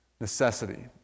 necessity